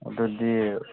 ꯑꯗꯨꯗꯤ